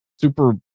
Super